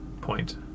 Point